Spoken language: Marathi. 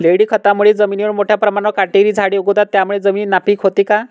लेंडी खतामुळे जमिनीवर मोठ्या प्रमाणावर काटेरी झाडे उगवतात, त्यामुळे जमीन नापीक होते का?